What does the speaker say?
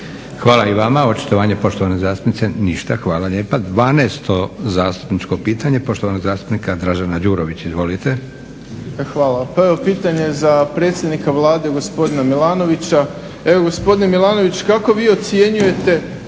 Hvala i vama. Očitovanje poštovane zastupnice, ništa, hvala lijepa. 12.zastupničko pitanje poštovanog zastupnika Dražena Đurovića. Izvolite. **Đurović, Dražen (HDSSB)** Hvala. Evo pitanje za predsjednika Vlade, gospodina Milanovića. Evo, gospodine Milanović kako vi ocjenjujete